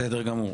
בסדר גמור.